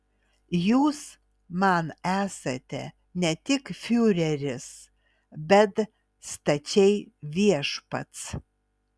jūs man esate ne tik fiureris bet stačiai viešpats